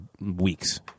weeks